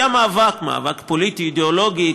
היה מאבק פוליטי-אידיאולוגי עיקש,